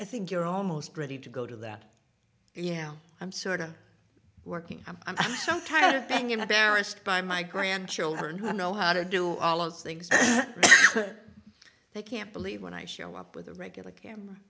i think you're almost ready to go to that and yeah i'm sort of working i'm so tired of being embarrassed by my grandchildren who know how to do all those things they can't believe when i show up with a regular camera